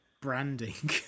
branding